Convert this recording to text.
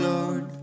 Lord